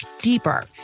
deeper